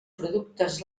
productes